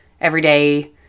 everyday